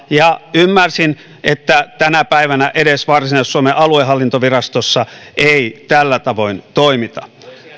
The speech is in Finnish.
ja ymmärsin että tänä päivänä edes varsinais suomen aluehallintovirastossa ei tällä tavoin toimita